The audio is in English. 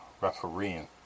refereeing